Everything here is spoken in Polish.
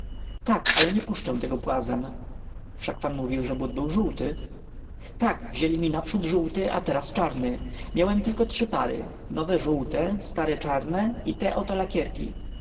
tak ale nie puszczę tego płazem wszak pan mówił że but był żółty tak wzięli mi naprzód żółty a teraz czarny miałem tylko trzy pary nowe żółte stare czarne i te oto lakierki